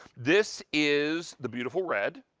this is the beautiful red.